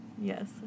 Yes